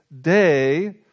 day